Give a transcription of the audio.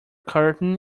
curtain